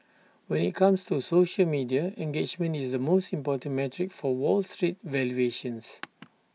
when IT comes to social media engagement is the most important metric for wall street valuations